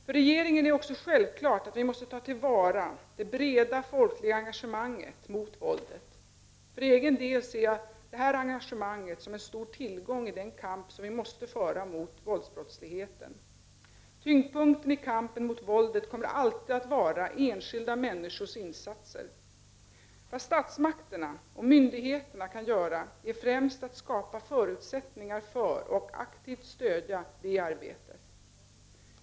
För regeringen är det också självklart att vi måste ta till vara det breda folkliga engagemanget mot våldet. För egen del ser jag detta engagemang som en stor tillgång i den kamp som vi måste föra mot våldsbrottsligheten. Tyngdpunkten i kampen mot våldet kommer alltid att vara enskilda människors insatser. Vad statsmakterna och myndigheterna kan göra är främst att skapa förutsättningar för och aktivt stödja det arbetet.